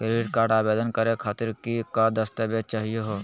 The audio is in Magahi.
क्रेडिट कार्ड आवेदन करे खातीर कि क दस्तावेज चाहीयो हो?